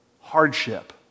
hardship